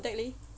contact leh